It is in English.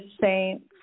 saints